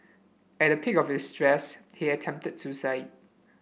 at the peak of his stress he attempted suicide